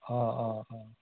অ' অ' অ'